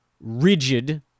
rigid